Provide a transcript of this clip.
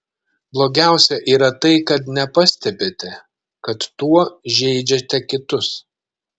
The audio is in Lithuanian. blogiausia yra tai kad nepastebite kad tuo žeidžiate kitus